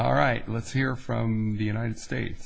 all right let's hear from the united states